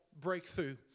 breakthrough